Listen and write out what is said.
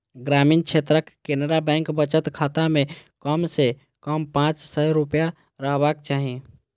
ग्रामीण क्षेत्रक केनरा बैंक बचत खाता मे कम सं कम पांच सय रुपैया रहबाक चाही